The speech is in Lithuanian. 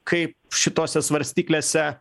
kaip šitose svarstyklėse